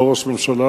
לא ראש ממשלה,